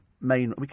main